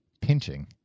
Pinching